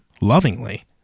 lovingly